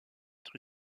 être